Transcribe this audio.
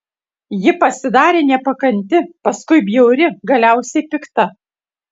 ji pasidarė nepakanti paskui bjauri galiausiai pikta